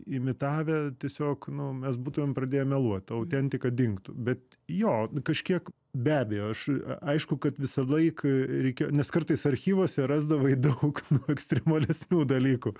imitavę tiesiog nu mes būtumėm pradėję meluot o autentika dingtų bet jo kažkiek be abejo aš aišku kad visąlaik reikėjo nes kartais archyvuose rasdavai daug nu ekstremalesnių dalykų